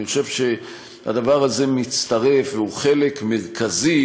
אני חושב שהדבר הזה מצטרף והוא חלק מרכזי,